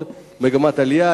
מגמת עלייה,